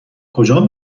کجان